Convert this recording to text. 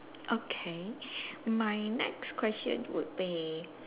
okay mine next question would be